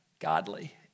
Godly